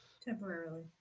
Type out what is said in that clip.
Temporarily